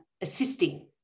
assisting